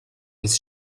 his